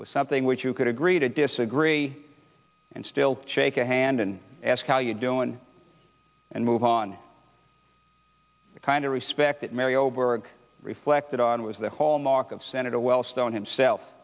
at was something which you could agree to disagree and still shake your hand and ask how you doing and move on the kind of respect that mary over and reflected on was the hallmark of senator wellstone himself